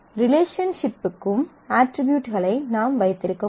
ரிலேஷன்ஷிப்க்கும் அட்ரிபியூட்களை நாம் வைத்திருக்க முடியும்